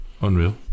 unreal